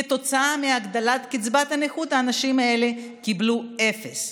כתוצאה מהגדלת קצבת הנכות, האנשים האלה קיבלו אפס.